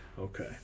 Okay